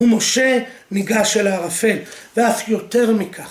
ומשה ניגש אל הערפל, ואף יותר מכך.